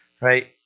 right